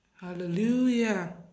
Hallelujah